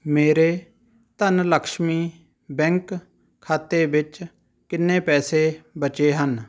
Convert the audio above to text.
ਮੇਰੇ ਧੰਨਲਕਸ਼ਮੀ ਬੈਂਕ ਖਾਤੇ ਵਿੱਚ ਕਿੰਨੇ ਪੈਸੇ ਬਚੇ ਹਨ